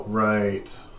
right